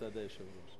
מצד היושב-ראש.